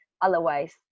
Otherwise